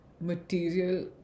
material